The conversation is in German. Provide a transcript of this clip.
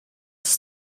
ist